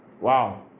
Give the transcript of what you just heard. Wow